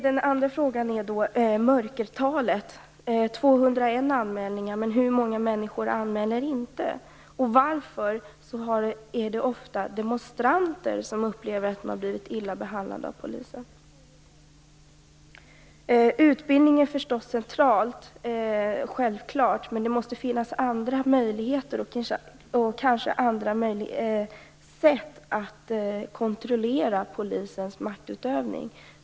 Den andra frågan gäller mörkertalet. Det finns 201 anmälningar, men hur många människor anmäler inte? Varför är det ofta demonstranter som upplever att de har blivit illa behandlade av polisen? Utbildning är förstås centralt, självklart. Men det måste finnas andra möjligheter och kanske andra sätt att kontrollera polisens maktutövning.